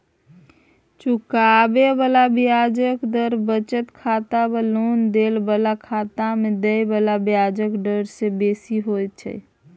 चुकाबे बला ब्याजक दर बचत खाता वा लेन देन बला खाता में देय बला ब्याजक डर से बेसी होइत छै